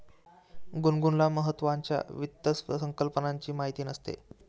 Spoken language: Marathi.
गुनगुनला महत्त्वाच्या वित्त संकल्पनांची माहिती नसते